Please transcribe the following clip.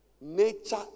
Nature